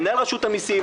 למנהל רשות המיסים,